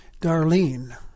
Darlene